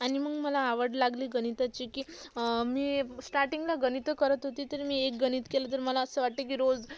आणि मग मला आवड लागली गणिताची की मी स्टार्टिंगला गणितं करत होते तर मी एक गणित केलं तर मला असं वाटते की रोज